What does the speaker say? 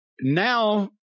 now